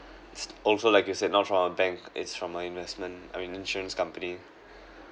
it's also like you said not from bank it's from my investment I mean insurance company